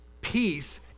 peace